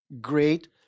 great